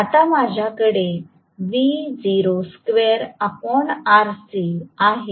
आता माझ्याकडे आहे